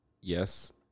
yes